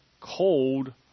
cold